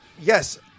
Yes